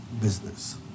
business